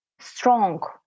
strong